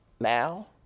now